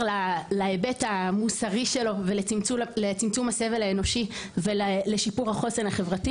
להיבט המוסרי שלו ולצמצום הסבל האנושי ולשיפור החוסן החברתי